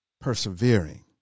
persevering